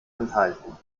enthalten